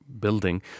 building